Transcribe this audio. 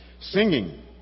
singing